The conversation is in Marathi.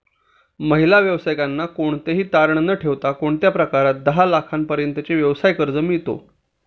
महिला व्यावसायिकांना कोणतेही तारण न ठेवता कोणत्या प्रकारात दहा लाख रुपयांपर्यंतचे व्यवसाय कर्ज मिळतो?